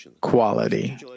quality